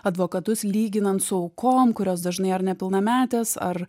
advokatus lyginant su aukom kurios dažnai ar nepilnametės ar